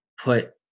put